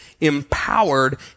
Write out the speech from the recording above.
empowered